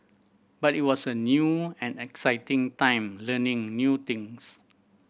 but it was a new and exciting time learning new things